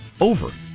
over